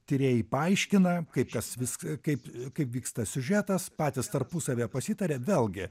tyrėjai paaiškina kaip tas viskas kaip kaip vyksta siužetas patys tarpusavyje pasitaria vėlgi